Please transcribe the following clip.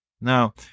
Now